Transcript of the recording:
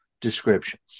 descriptions